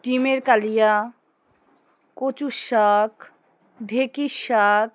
ডিমের কালিয়া কচুর শাক ঢেঁকির শাক